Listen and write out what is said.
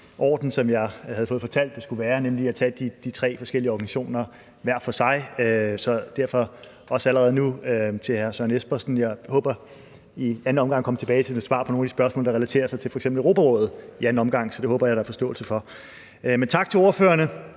som jeg havde fået fortalt der skulle være, nemlig at tage de tre forskellige organisationer hver for sig. Så derfor vil jeg også allerede nu sige til hr. Søren Espersen: Jeg håber i anden omgang at komme tilbage til mit svar på nogle af de spørgsmål, der relaterer sig til f.eks. Europarådet – så det håber jeg der er forståelse for. Men tak til ordførerne